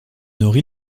nourri